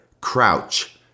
crouch